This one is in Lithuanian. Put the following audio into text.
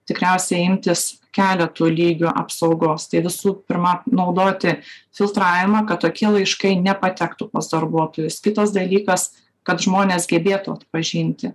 tikriausiai imtis keletų lygių apsaugos tai visų pirma naudoti filtravimą kad tokie laiškai nepatektų pas darbuotojus kitas dalykas kad žmonės gebėtų atpažinti